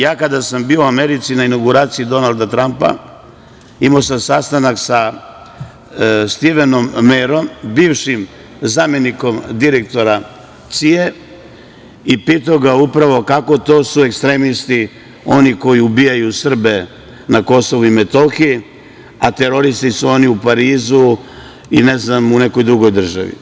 Ja kada sam bio u Americi na inauguraciji Donalda Trampa imao sam sastanak sa Stivenom Merom, bivšim zamenikom direktora CIA, i pitao ga upravo kako su ekstremisti oni koji ubijaju Srbe na KiM, a teroristi su oni u Parizu i, ne znam, u nekoj drugoj državi.